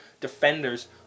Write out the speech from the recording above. defenders